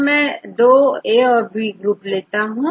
तो मैं दो ग्रुप A औरB ले रहा हूं